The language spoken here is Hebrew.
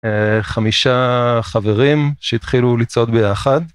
חמישה חברים שהתחילו לצעוד ביחד.